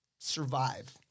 survive